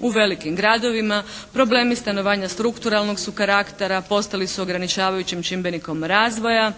u velikim gradovima. Problemi stanovanja strukturalnog su karaktera, postali su ograničavajućim čimbenikom razvoja,